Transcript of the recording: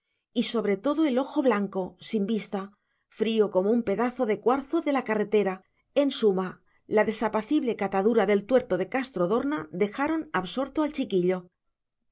y sobre todo el ojo blanco sin vista frío como un pedazo de cuarzo de la carretera en suma la desapacible catadura del tuerto de castrodorna dejaron absorto al chiquillo